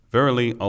Verily